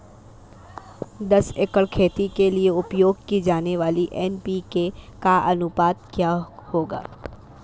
दस एकड़ खेती के लिए उपयोग की जाने वाली एन.पी.के का अनुपात क्या होगा?